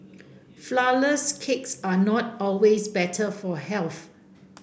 flourless cakes are not always better for health